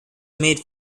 made